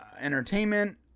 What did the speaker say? entertainment